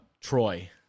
Troy